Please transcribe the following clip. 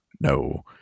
no